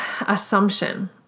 assumption